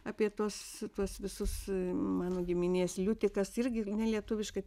apie tuos tuos visus mano giminės liutikas irgi nelietuviškai